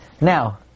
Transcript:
Now